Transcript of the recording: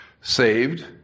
saved